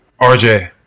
RJ